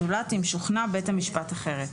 זולת אם שוכנע בית המשפט אחרת.